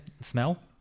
smell